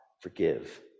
forgive